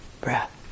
breath